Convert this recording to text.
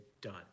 done